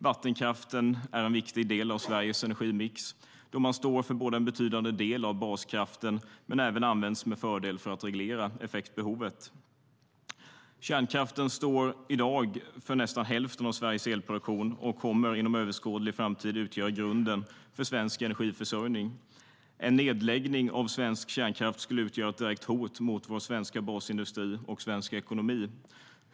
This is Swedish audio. Vattenkraften är en viktig del av Sveriges energimix då den står för en betydande del av baskraften men även med fördel används för att reglera effektbehovet. Kärnkraften står i dag för nästan hälften av Sveriges elproduktion och kommer inom överskådlig framtid utgöra grunden för svensk energiförsörjning. En nedläggning av svensk kärnkraft skulle utgöra ett direkt hot mot svensk basindustri och svensk ekonomi.